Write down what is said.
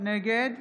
נגד